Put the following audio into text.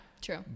true